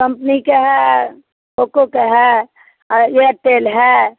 company के हैं Poco के हैं एयरटेल है